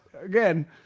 again –